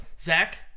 Zach